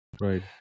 Right